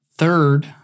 Third